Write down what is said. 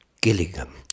Gillingham